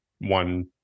one